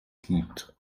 gibt